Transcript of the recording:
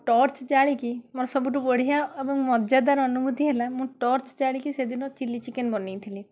torch ଜାଳିକି ମୋର ସବୁଠୁ ବଢ଼ିଆ ଏବଂ ମଜାଦାର ଅନୁଭୂତି ହେଲା ମୁଁ ଟର୍ଚ୍ଚ ଜାଳିକି ସେଦିନ ଚିଲ୍ଲି ଚିକେନ ବନାଇଥିଲି